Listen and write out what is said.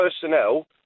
personnel